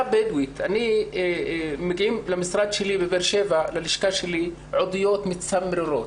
מגיעות ללשכתי בבאר שבע עדויות מצמררות.